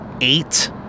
eight